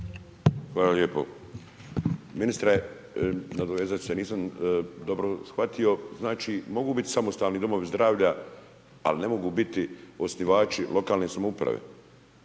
Hvala. Ministre nadovezat ću se. Nisam dobro shvatio. Znači, mogu biti samostalni domovi zdravlja, ali ne mogu biti osnivači lokalne samouprave?